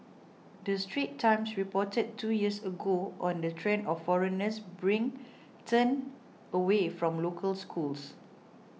the Straits Times reported two years ago on the trend of foreigners bring turned away from local schools